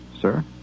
Sir